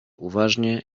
uważnie